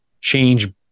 change